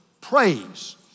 praise